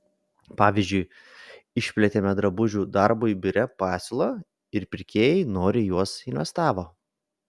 pavyzdžiui išplėtėme drabužių darbui biure pasiūlą ir pirkėjai noriai į juos investavo